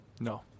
no